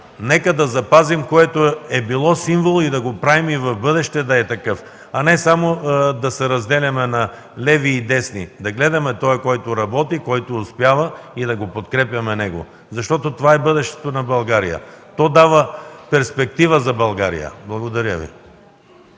да запазим, което е било символ, и да го правим и в бъдеще да е такъв, а не само да се разделяме на леви и десни. Да гледаме този, който работи, който успява, и да го подкрепяме. Защото това е бъдещето на България. То дава перспектива за България. Благодаря Ви.